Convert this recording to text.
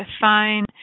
fine